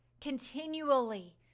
continually